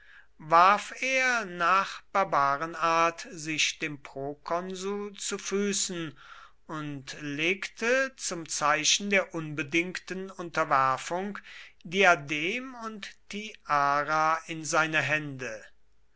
warf er nach barbarenart sich dem prokonsul zu füßen und legte zum zeichen der unbedingten unterwerfung diadem und tiara in seine hände